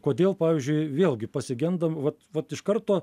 kodėl pavyzdžiui vėlgi pasigendam vat vat iš karto